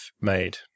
made